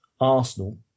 Arsenal